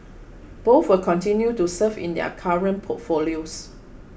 both will continue to serve in their current portfolios